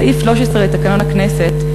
סעיף 13 לתקנון הכנסת,